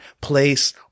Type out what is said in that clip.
place